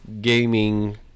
gaming